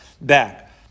back